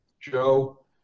Joe